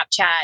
Snapchat